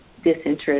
disinterest